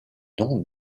nom